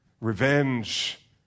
revenge